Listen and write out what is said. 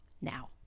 now